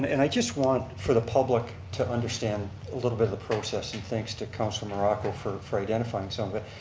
and i just want for the public to understand a little bit of the process, and thanks to council morocco for for identifying some of it.